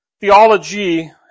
theology